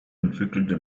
entwickelte